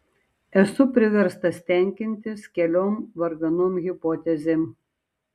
esu priverstas tenkintis keliom varganom hipotezėm